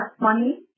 money